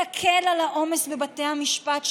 תקל את העומס בבתי המשפט,